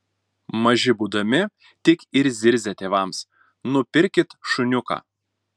maži būdami tik ir zirzia tėvams nupirkit šuniuką